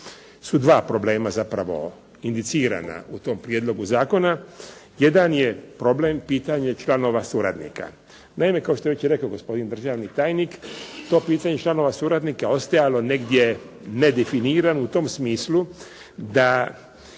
su dva problema zapravo indicirana u tom prijedlogu zakona. Jedan je problem pitanje članova suradnika. Mene kao što je već i rekao gospodin državni tajnik to pitanje članova suradnika ostajalo negdje nedefinirano u tom smislu da